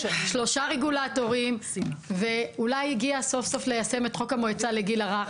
שלושה רגולטורים ואולי הגיע סוף סוף ליישם את חוק המועצה לגיל הרך,